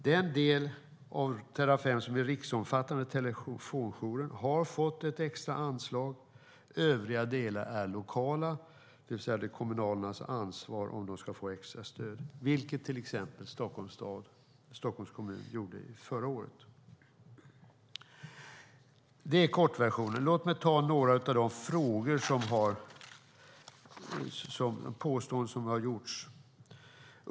Den del av Terrafem som är riksomfattande, telefonjouren, har fått ett extra anslag. Övriga delar är lokala - det är ett kommunalt ansvar att besluta om extra stöd, vilket till exempel Stockholms stad, Stockholms kommun, gjorde förra året. Det var kortversionen. Låt mig ta upp några av de påståenden som har gjorts.